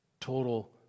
total